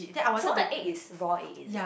some more like egg is raw egg is it